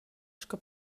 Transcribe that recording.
sco